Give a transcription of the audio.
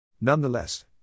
Nonetheless